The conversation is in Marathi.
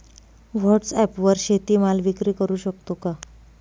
व्हॉटसॲपवर शेती माल विक्री करु शकतो का?